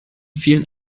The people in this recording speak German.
vielen